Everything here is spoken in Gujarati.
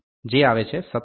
0023 57